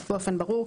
באופן ברור,